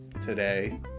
today